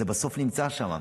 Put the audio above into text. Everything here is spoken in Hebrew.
בסוף זה נמצא שם,